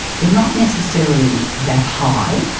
they are not necessarily that high.